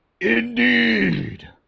indeed